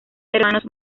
hermanos